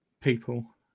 people